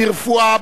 ברפואה,